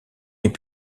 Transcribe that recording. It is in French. est